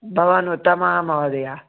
भवान् उत्तमः महोदय